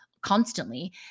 constantly